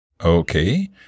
Okay